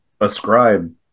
ascribe